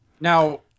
Now